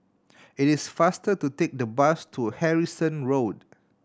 it is faster to take the bus to Harrison Road